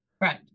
Right